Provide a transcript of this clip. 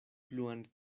bluan